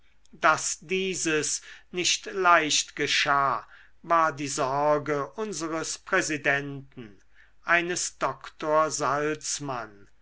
daß dieses nicht leicht geschah war die sorge unseres präsidenten eines doktor salzmann